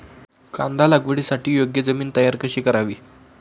कांदा लागवडीसाठी योग्य जमीन तयार कशी करावी?